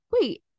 wait